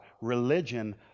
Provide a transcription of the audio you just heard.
religion